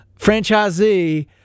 franchisee